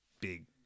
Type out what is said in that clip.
big